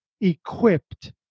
equipped